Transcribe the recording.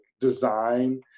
design